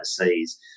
overseas